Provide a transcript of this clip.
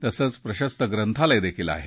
तसंच प्रशस्त ग्रंथालय देखील आहे